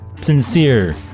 sincere